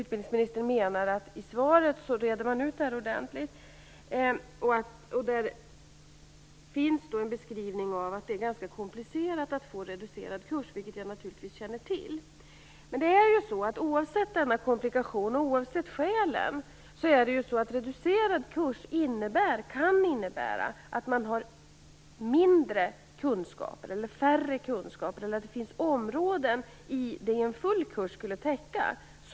Han menar att han reder ut frågan ordentligt i svaret. Där finns en beskrivning av att det är ganska komplicerat att få reducerad kurs, vilket jag naturligtvis känner till. Oavsett denna komplikation, och oavsett skälen, kan reducerad kurs innebära att man har färre kunskaper inom ett visst område jämfört med det en fullständig kurs skulle täcka.